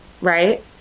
Right